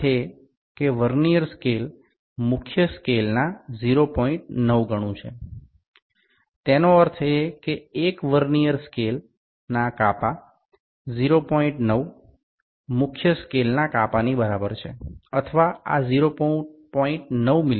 যার মানে vernier scale সমান মূল স্কেলের ০৯ গুন তার মানে ভার্নিয়ার স্কেলের ১টি বিভাগ মূল স্কেলের ০৯ বিভাগের সমান বা এটি সমান ০৯ মিমি